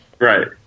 Right